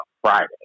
Friday